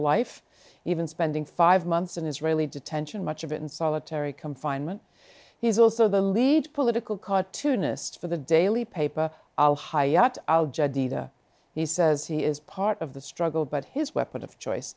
spending five months in israeli detention much of it in solitary confinement he's also the lead political cartoonist for the daily paper al hayat he says he is part of the struggle but his weapon of choice